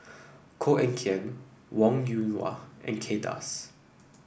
Koh Eng Kian Wong Yoon Wah and Kay Das